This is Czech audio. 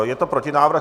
Je to protinávrh.